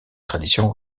tradition